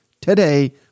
today